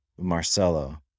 Marcelo